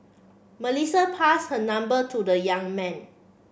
Melissa pass her number to the young man